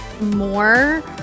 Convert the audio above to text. more